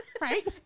right